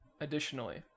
additionally